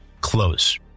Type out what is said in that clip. close